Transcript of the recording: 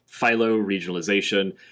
phylo-regionalization